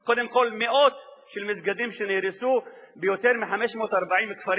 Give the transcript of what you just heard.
קודם כול מאות מסגדים שנהרסו ביותר מ-540 כפרים